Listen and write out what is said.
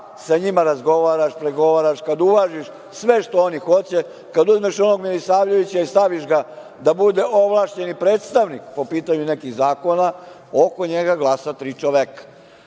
sa njima razgovaraš, pregovaraš, kad uvažiš sve što oni hoće, kad uzmeš onog Milisavljevića i staviš ga da bude ovlašćeni predstavnik po pitanju nekih zakona, oko njega glasa tri čoveka.